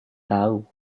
tahu